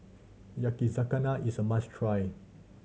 yakizakana is a must try